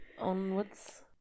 Onwards